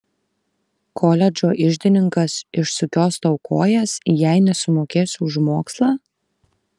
koledžo iždininkas išsukios tau kojas jei nesumokėsi už mokslą